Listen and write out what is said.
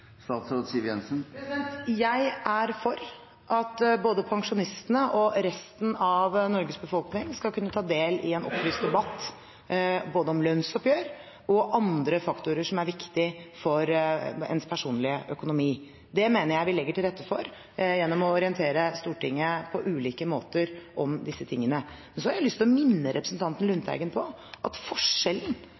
Jeg er for at både pensjonistene og resten av Norges befolkning skal kunne ta del i en opplyst debatt om både lønnsoppgjør og andre faktorer som er viktige for ens personlige økonomi. Det mener jeg vi legger til rette for på ulike måter ved å orientere Stortinget om disse tingene. Jeg har lyst til å minne representanten Lundteigen på at forskjellen